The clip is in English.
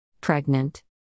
Pregnant